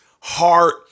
heart